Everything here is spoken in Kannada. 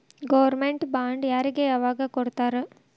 ಗೊರ್ಮೆನ್ಟ್ ಬಾಂಡ್ ಯಾರಿಗೆ ಯಾವಗ್ ಕೊಡ್ತಾರ?